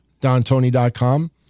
DonTony.com